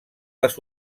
les